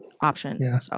option